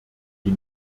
die